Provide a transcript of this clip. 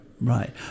Right